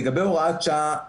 לגבי הוראת שעה,